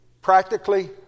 practically